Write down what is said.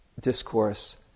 discourse